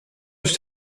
was